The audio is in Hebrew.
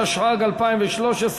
התשע"ג 2013,